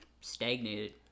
stagnated